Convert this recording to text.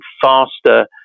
faster